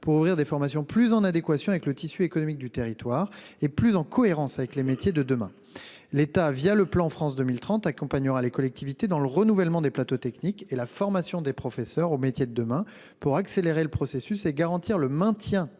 pour ouvrir des filières davantage en adéquation avec le tissu économique du territoire et plus en cohérence avec les métiers de demain. L'État, le plan France 2030, accompagnera les collectivités dans le renouvellement des plateaux techniques et la formation des professeurs aux métiers de demain pour accélérer le processus, garantir le maintien